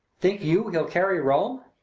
think you he'll carry rome?